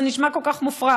זה נשמע כל כך מופרך.